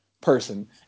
person